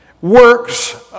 works